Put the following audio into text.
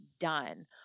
done